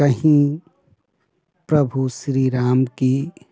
कहीं प्रभु श्री राम की